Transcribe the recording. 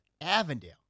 Avondale